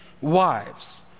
wives